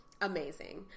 Amazing